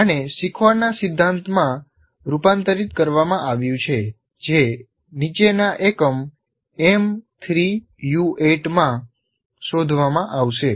આને શીખવાના સિદ્ધાંતમાં રૂપાંતરિત કરવામાં આવ્યું છે જે નીચેના એકમ M3U8 માં શોધવામાં આવશે